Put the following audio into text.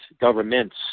governments